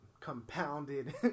compounded